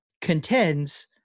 contends